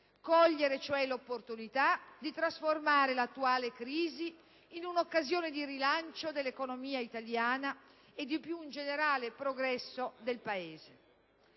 cogliere, cioè, l'opportunità di trasformare l'attuale crisi in un'occasione di rilancio dell'economia italiana e di un più generale progresso del Paese.